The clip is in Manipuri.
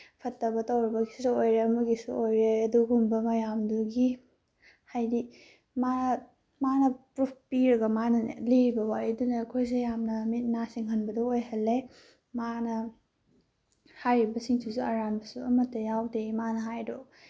ꯐꯠꯇꯕ ꯇꯧꯔꯨꯕꯒꯤꯁꯨ ꯑꯣꯏꯔꯦ ꯑꯃꯒꯤꯁꯨ ꯑꯣꯏꯔꯦ ꯑꯗꯨꯒꯨꯝꯕ ꯃꯌꯥꯝꯗꯨꯒꯤ ꯍꯥꯏꯗꯤ ꯃꯥ ꯃꯥꯅ ꯄ꯭ꯔꯨꯐ ꯄꯤꯔꯒ ꯃꯥꯅꯅꯦ ꯂꯤꯔꯤꯕ ꯋꯥꯔꯤꯗꯨꯅ ꯑꯩꯈꯣꯏꯁꯦ ꯌꯥꯝꯅ ꯃꯤꯠ ꯅꯥ ꯁꯤꯡꯍꯟꯕꯗꯨ ꯑꯣꯏꯍꯜꯂꯦ ꯃꯥꯅ ꯍꯥꯏꯔꯤꯕꯁꯤꯡꯁꯤꯁꯨ ꯑꯔꯥꯟꯕꯁꯨ ꯑꯃꯠꯇ ꯌꯥꯎꯗꯦ ꯃꯥꯅ ꯍꯥꯏꯔꯤꯗꯣ